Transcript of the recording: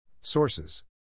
Sources